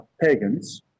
pagans